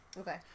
Okay